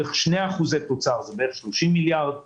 2% תוצר, זה בערך 30 מיליארד שקל,